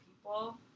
people